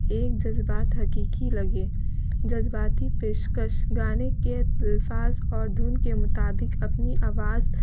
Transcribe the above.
ایک جذبات حقیقی لگے جذباتی پیشکش گانے کے الفاظ اور دھن کے مطابق اپنی آواز